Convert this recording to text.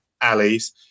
alleys